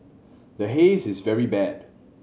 the Haze is very bad